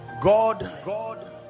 God